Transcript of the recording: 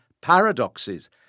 paradoxes